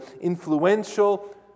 influential